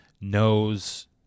knows